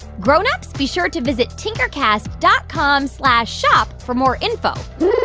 grown-ups, be sure to visit tinkercast dot com slash shop for more info